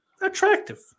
attractive